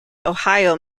ohio